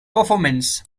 performance